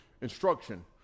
instruction